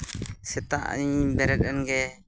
ᱥᱮᱛᱟᱜ ᱤᱧ ᱵᱮᱨᱮᱫ ᱮᱱᱜᱮ